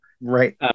Right